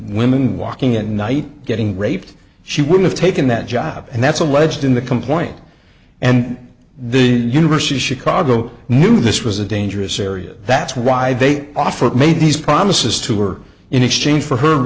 women walking at night getting raped she would have taken that job and that's alleged in the complaint and the university of chicago knew this was a dangerous area that's why they offered made these promises to her in exchange for her